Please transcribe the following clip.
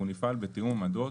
אנחנו נפעל בתיאום עמדות,